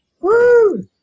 Woo